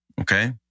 Okay